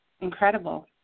incredible